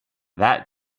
that